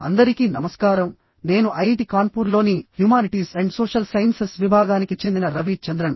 అందరికీ నమస్కారం నేను ఐఐటి కాన్పూర్ లోని హ్యుమానిటీస్ అండ్ సోషల్ సైన్సెస్ విభాగానికి చెందిన రవి చంద్రన్